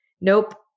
Nope